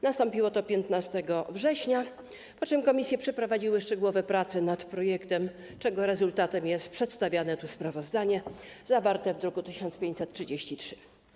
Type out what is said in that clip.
Nastąpiło to 15 września, po czym komisje przeprowadziły szczegółowe prace nad projektem, czego rezultatem jest przedstawiane tu sprawozdanie zawarte w druku nr 1553.